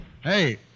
Hey